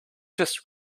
just